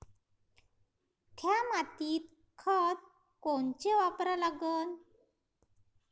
थ्या मातीत खतं कोनचे वापरा लागन?